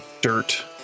dirt